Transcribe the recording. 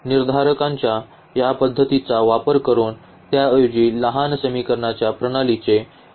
जर निर्धारकांच्या या पद्धतीचा वापर करून त्याऐवजी लहान समीकरणाच्या प्रणालीचे निराकरण करणे शक्य असेल